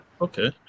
okay